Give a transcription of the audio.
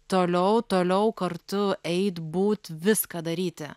toliau toliau kartu eit būt viską daryti